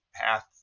path